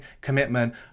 commitment